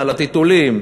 לטיטולים,